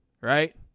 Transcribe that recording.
right